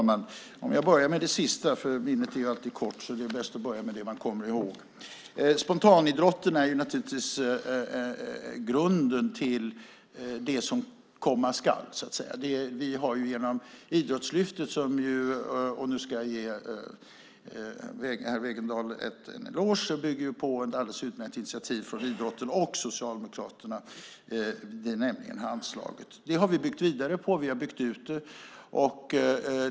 Fru talman! Jag börjar med det sista. Minnet är kort, så det är bäst att börja med det man kommer ihåg. Spontanidrotten är naturligtvis grunden till det som komma skall. Jag ska ge herr Wegendal en eloge. Handslaget bygger på ett alldeles utmärkt initiativ från idrottsrörelsen och Socialdemokraterna. Det har vi byggt vidare på. Vi har byggt ut det.